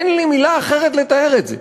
אין לי מילה אחרת לתאר את זה.